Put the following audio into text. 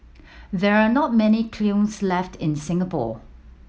there are not many left in Singapore